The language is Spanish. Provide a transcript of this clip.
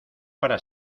para